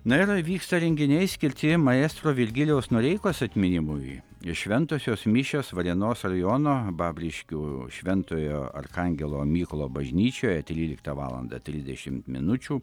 na ir vyksta renginiai skirti maestro virgilijaus noreikos atminimui šventosios mišios varėnos rajono babriškių šventojo arkangelo mykolo bažnyčioje tryliktą valandą trisdešimt minučių